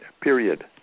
period